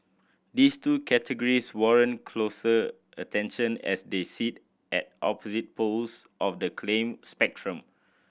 these two categories warrant closer attention as they sit at opposite poles of the claim spectrum